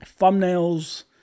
thumbnails